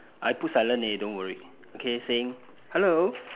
I put silent already don't worry okay saying hello